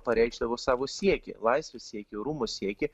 pareikšdavo savo siekį laisvės siekį orumo siekį